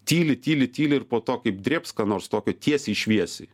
tyli tyli tyli ir po to kaip drėbs ką nors tokio tiesiai šviesiai